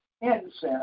incense